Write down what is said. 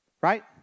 Right